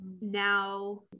now